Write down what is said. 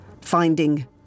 finding